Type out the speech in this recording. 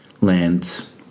lands